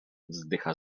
wzdycha